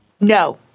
No